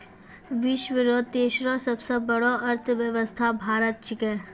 विश्व रो तेसरो सबसे बड़ो अर्थव्यवस्था भारत छिकै